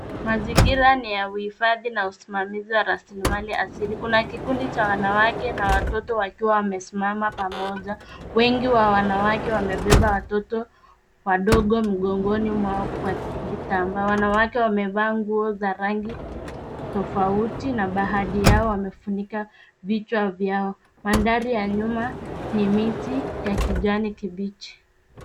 Mazingira ni ya uhifadhi na usimamizi wa rasilimali ya asili. Kuna kikundi cha wanawake na watoto wakiwa wamesimama pamoja. Wengi wa wanawake wamebeba watoto wadogo mgongoni mwao kwa vitambaa. Wanawake wamevaa nguo za rangi tofauti na baadhi yao wamefunika vichwa vyao. Madhari ya nyuma ni miti ya kijani kibichi.